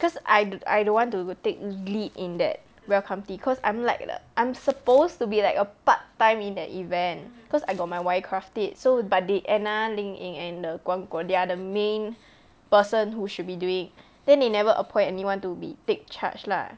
cause I I don't want to take lead in that welcome tea cause I'm like I'm supposed to be like a part time in that event cause I got my Y craft it so but they anna lin ying and the guang guo they are the main person who should be doing then they never appoint anyone to be take charge lah